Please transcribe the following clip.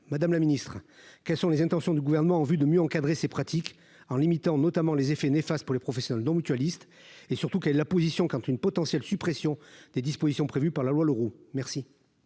Madame la Ministre, quelles sont les intentions du gouvernement en vue de mieux encadrer ces pratiques en limitant notamment les effets néfastes pour les professionnels non mutualiste et surtout qu'est la position quand une potentielle suppression des dispositions prévues par la loi, l'Roux merci.